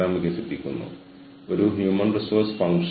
HRM ലെ വിരോധാഭാസമായ ടെൻഷനുകളുടെ ചില വിഭാഗങ്ങൾ